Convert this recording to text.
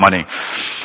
money